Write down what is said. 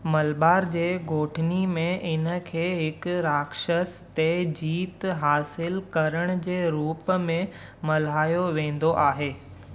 मलबार जे ॻोठनि में इन खे हिक राक्षस ते जीत हासिलु करण जे रूप में मल्हायो वेंदो आहे